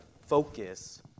focus